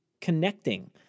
connecting